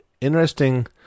interesting